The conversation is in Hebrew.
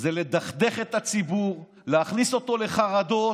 זה לדכדך את הציבור, להכניס אותו לחרדות,